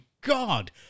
God